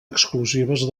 exclusives